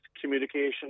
communication